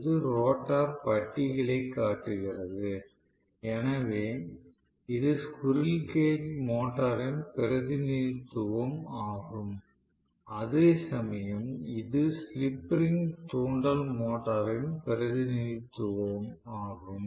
இது ரோட்டார் பட்டிகளைக் காட்டுகிறது எனவே இது ஸ்குரில் கேஜ் மோட்டரின் பிரதிநிதித்துவம் ஆகும் அதேசமயம் இது ஸ்லிப் ரிங் தூண்டல் மோட்டரின் பிரதிநிதித்துவம் ஆகும்